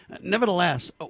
Nevertheless